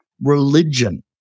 religion